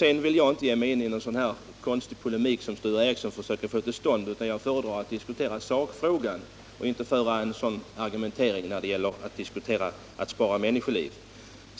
Jag vill inte ge mig in på den sortens konstiga polemik som Sture Ericson försökte komma med. Jag föredrar att diskutera sakfrågan och inte argumentera på detta sätt när det gäller att spara människoliv.